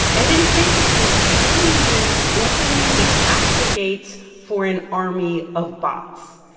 and it is basically human beings opening the captcha gates for an army of bots.